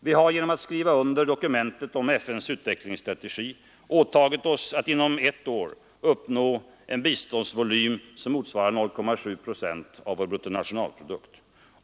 Vi har genom att skriva under dokumentet om FN:s utvecklingsstrategi åtagit oss att inom ett år uppnå en biståndsvolym som motsvarar 0,7 procent av vår bruttonationalprodukt.